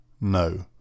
No